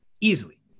easily